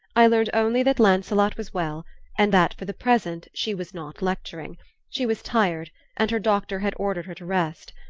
i learned only that lancelot was well and that for the present she was not lecturing she was tired and her doctor had ordered her to rest.